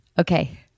Okay